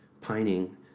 pining